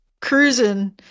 cruising